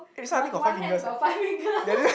one one hand got five finger